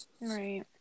right